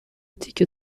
تیکه